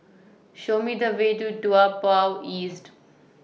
Show Me The Way to Toa Payoh East